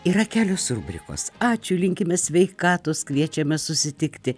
yra kelios rubrikos ačiū linkime sveikatos kviečiame susitikti